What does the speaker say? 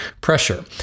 pressure